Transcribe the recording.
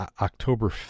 october